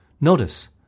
Notice